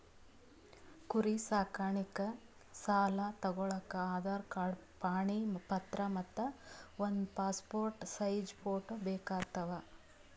ಕುರಿ ಸಾಕಾಣಿಕೆ ಸಾಲಾ ತಗೋಳಕ್ಕ ಆಧಾರ್ ಕಾರ್ಡ್ ಪಾಣಿ ಪತ್ರ ಮತ್ತ್ ಒಂದ್ ಪಾಸ್ಪೋರ್ಟ್ ಸೈಜ್ ಫೋಟೋ ಬೇಕಾತವ್